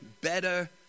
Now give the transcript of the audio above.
better